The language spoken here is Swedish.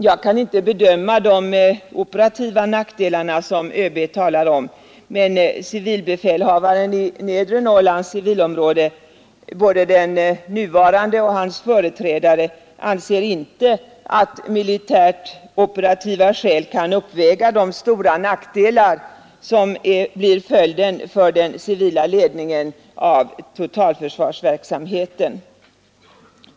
Jag kan inte bedöma de operativa nackdelar, som ÖB talar om, men civilbefälhavaren i Nedre Norrlands civilområde såväl den nuvarande som hans företrädare — anser inte att militärt operativa skäl kan uppväga de stora nackdelar som blir följden för den civila ledningen av totalförsvarsverksamheten.